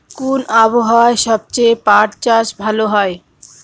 কোন আবহাওয়ায় সবচেয়ে পাট চাষ ভালো হয়?